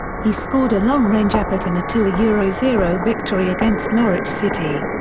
he scored a long range effort in a two ah yeah zero zero victory against norwich city.